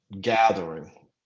gathering